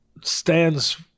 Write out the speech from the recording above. stands